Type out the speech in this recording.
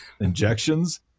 injections